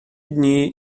dni